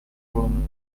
rooms